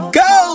go